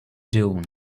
dune